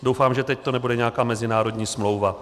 Doufám, že teď to nebude nějaká mezinárodní smlouva.